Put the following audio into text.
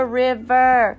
river